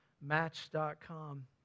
Match.com